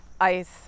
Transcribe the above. ice